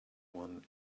one